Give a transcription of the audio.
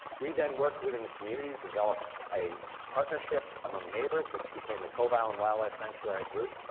we then worked within the community to develop a partnership among neighbors that became the cove island wildlife sanctuary group.